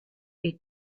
est